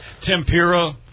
Tempura